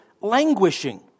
languishing